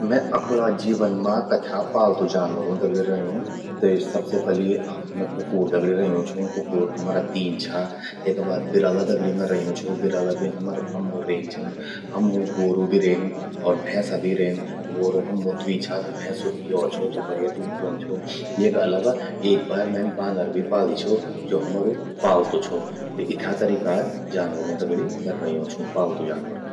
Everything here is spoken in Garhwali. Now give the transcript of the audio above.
मैं अपणा जीवन मां कथ्या पालतू जानवरों दगड़ि रयूं, त सबसे पलि मैं कुकूर दगड़ि रयूं। कुकूर हमरा तीन छा। तेका बाद बिरला दगड़ि मैं रयूं छूं, बिरला भि हममूं रेन छिन। हममूं ग्वोरु भि रेन और भैंसा भी रेन। ग्वोरु हममूं द्वी छा त भैंसु यो छो, ज्वो बढ़िया दूध द्योंद छो। येका अलावा एक बार मेन बांदर भी पाली छो, ज्वो हमरु पालतू छो। त इथ्या तरीका जानवरूं दगड़ि मैं रयूं छूं। पालतू जानवरो दगड़ि।